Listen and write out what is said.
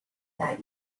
that